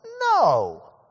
No